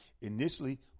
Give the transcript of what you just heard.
Initially